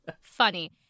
funny